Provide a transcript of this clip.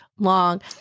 long